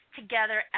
together